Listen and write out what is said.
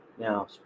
Now